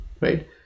right